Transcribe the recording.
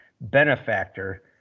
benefactor